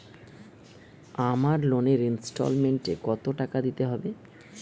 আমার লোনের ইনস্টলমেন্টৈ কত টাকা দিতে হবে?